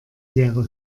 leere